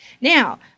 Now